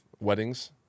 weddings